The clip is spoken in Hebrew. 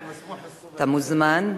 אתה מוזמן,